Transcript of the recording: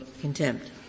contempt